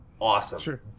awesome